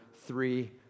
three